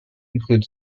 include